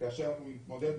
לתת לכם לעבוד,